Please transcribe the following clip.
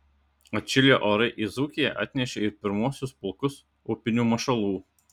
atšilę orai į dzūkiją atnešė ir pirmuosius pulkus upinių mašalų